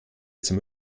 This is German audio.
zum